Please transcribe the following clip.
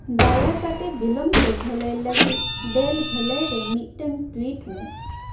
ᱫᱟᱭᱟ ᱠᱟᱛᱮ ᱵᱤᱞᱚᱢᱛᱮ ᱵᱷᱟᱹᱞᱟᱹᱭ ᱞᱟᱹᱜᱤᱫ ᱰᱮᱹᱞ ᱵᱷᱟᱹᱞᱟᱹᱭᱨᱮ ᱢᱤᱫᱴᱟᱝ ᱴᱩᱭᱤᱴ ᱢᱮ